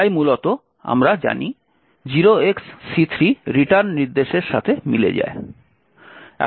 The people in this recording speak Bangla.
তাই মূলত আমরা জানি 0xC3 রিটার্ন নির্দেশের সাথে মিলে যায়